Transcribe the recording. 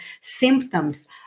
symptoms